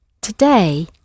today